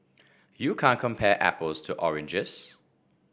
you can't compare apples to oranges